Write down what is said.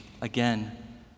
again